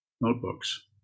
notebooks